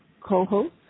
co-host